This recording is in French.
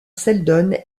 seldon